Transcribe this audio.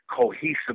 cohesive